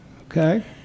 Okay